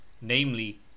namely